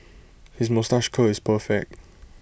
his moustache curl is perfect